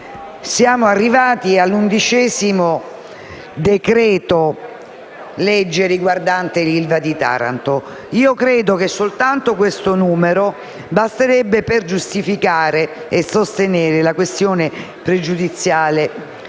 siamo arrivati all'undicesimo decreto‑legge riguardante l'ILVA di Taranto. Credo che già soltanto questo numero basti per giustificare e sostenere la questione pregiudiziale